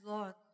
Lord